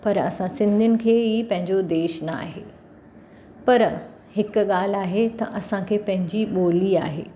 पर असां सिंधियुनि खे ई पंहिंजो देश न आहे पर हिकु ॻाल्हि आहे त असांखे पंहिंजी ॿोली आहे